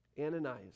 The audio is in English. ananias